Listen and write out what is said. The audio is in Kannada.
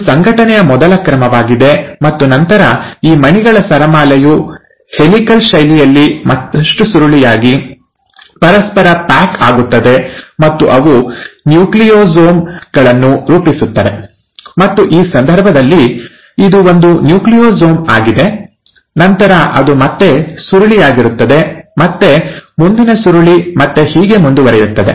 ಇದು ಸಂಘಟನೆಯ ಮೊದಲ ಕ್ರಮವಾಗಿದೆ ಮತ್ತು ನಂತರ ಈ ಮಣಿಗಳ ಸರಮಾಲೆಯು ಹೆಲಿಕಲ್ ಶೈಲಿಯಲ್ಲಿ ಮತ್ತಷ್ಟು ಸುರುಳಿಯಾಗಿ ಪರಸ್ಪರ ಪ್ಯಾಕ್ ಆಗುತ್ತದೆ ಮತ್ತು ಅವು ನ್ಯೂಕ್ಲಿಯೊಸೋಮ್ ಗಳನ್ನು ರೂಪಿಸುತ್ತವೆ ಮತ್ತು ಈ ಸಂದರ್ಭದಲ್ಲಿ ಇದು ಒಂದು ನ್ಯೂಕ್ಲಿಯೊಸೋಮ್ ಆಗಿದೆ ನಂತರ ಅದು ಮತ್ತೆ ಸುರುಳಿಯಾಗಿರುತ್ತದೆ ಮತ್ತೆ ಮುಂದಿನ ಸುರುಳಿ ಮತ್ತೆ ಹೀಗೆ ಮುಂದುವರಿಯುತ್ತದೆ